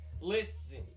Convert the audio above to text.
Listen